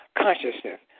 consciousness